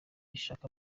ishaka